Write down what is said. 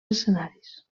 escenaris